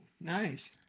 nice